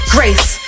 Grace